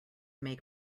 make